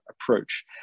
approach